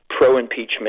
pro-impeachment